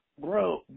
Bro